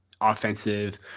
offensive